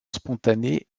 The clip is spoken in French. spontanée